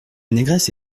négresse